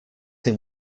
him